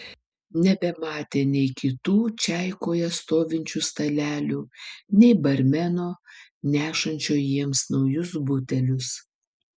nebematė nei kitų čaikoje stovinčių stalelių nei barmeno nešančio jiems naujus butelius